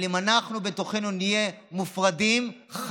אם אנחנו בתוכנו נהיה מופרדים נוכל,